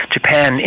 Japan